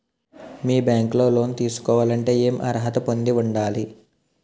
మీ bank లో loan తీసుకోవాలంటే ఎం అర్హత పొంది ఉండాలి?